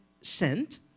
sent